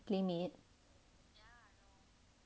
playmade